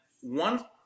one